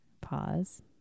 pause